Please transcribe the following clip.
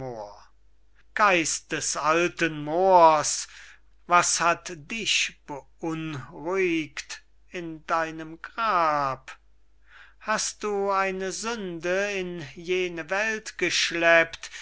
geist des alten moors was hat dich beunruhigt in deinem grabe hast du eine sünde in jene welt geschleppt